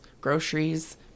groceries